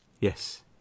Yes